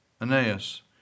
Aeneas